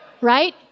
Right